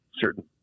certain